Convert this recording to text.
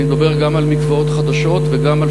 אני מדבר גם על מקוואות חדשים וגם על